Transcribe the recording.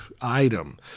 item